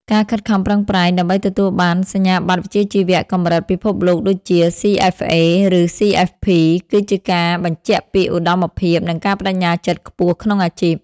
ការខិតខំប្រឹងប្រែងដើម្បីទទួលបានសញ្ញាបត្រវិជ្ជាជីវៈកម្រិតពិភពលោកដូចជា CFA ឬ CFP គឺជាការបញ្ជាក់ពីឧត្តមភាព និងការប្ដេជ្ញាចិត្តខ្ពស់ក្នុងអាជីព។